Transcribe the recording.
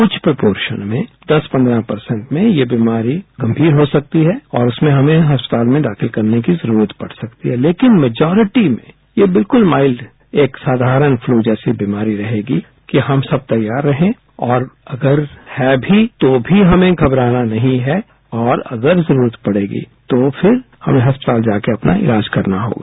कुछ प्रपोशन में दस पंद्रह परसेन्ट में ये बीमारी गंभीर हो सकती है और उसमें हमें अस्पताल में दाखिल करने की जरूरत पड़ सकती है लेकिन मेजोरिटी में ये बिल्कुल माइल्ड एक साधारण फलू जैसी बीमारी रहेगी कि हम सब तैयार रहें और अगर है भी तो भी हमें घबराना नहीं है और अगर जरूरत पड़ेगी तो फिर हमें अस्पताल जाकर अपना इलाज करना होगा